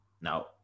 now